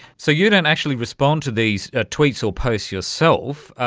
so you don't actually respond to these tweets or posts yourself,